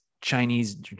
Chinese